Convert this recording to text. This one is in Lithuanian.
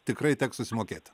tikrai teks susimokėti